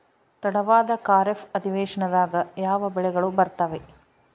ತಡವಾದ ಖಾರೇಫ್ ಅಧಿವೇಶನದಾಗ ಯಾವ ಬೆಳೆಗಳು ಬರ್ತಾವೆ?